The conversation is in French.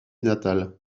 natal